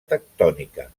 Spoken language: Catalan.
tectònica